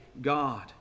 God